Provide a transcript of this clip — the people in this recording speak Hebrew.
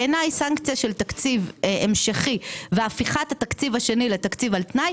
בעיניי סנקציה של תקציב המשכי והפיכת התקציב השני לתקציב על תנאי,